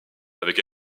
avec